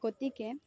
গতিকে